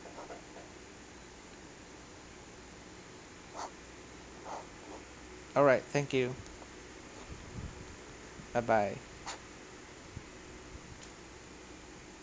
alright thank you bye bye